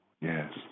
Yes